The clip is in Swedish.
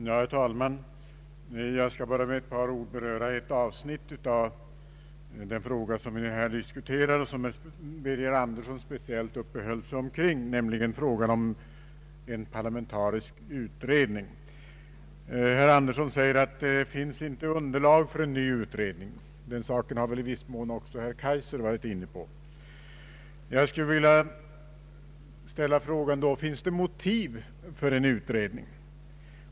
Herr talman! Jag skall bara med ett par ord beröra det avsnitt av den fråga som vi här diskuterar och som herr Birger Andersson speciellt uppehöll sig vid, nämligen det som gällde en parlamentarisk utredning. Herr Andersson säger att det inte finns underlag för en ny utredning. Den linjen har väl i viss mån även herr Kaijser varit inne på. Jag skulle vilja fråga om det finns motiv för en utredning.